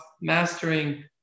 mastering